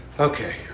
Okay